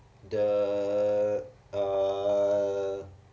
the uh